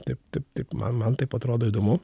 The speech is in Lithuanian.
taip taip taip man man taip atrodo įdomu